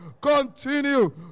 continue